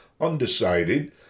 undecided